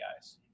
guys